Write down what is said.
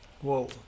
whoa